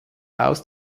aus